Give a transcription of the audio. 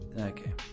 Okay